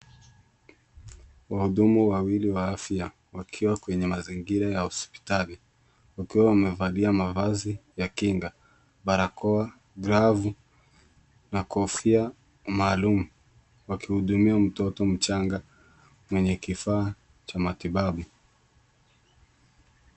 Wahudumu wawili afya wakiwa kwenye mazingira ya hospitali wakiwa wamevalia mavazi ya kinga, barakoa, glavu na kofia maalum wakihudumia mtoto mchanga kwenye kifaa cha matibabu.